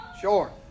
sure